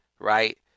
right